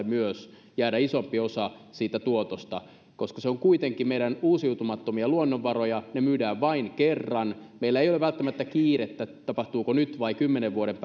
myös jäädä isompi osa siitä tuotosta koska ne ovat kuitenkin meidän uusiutumattomia luonnonvarojamme ne myydään vain kerran meillä ei ole välttämättä kiire sillä tapahtuuko kaivoksen avaaminen nyt vai kymmenen vuoden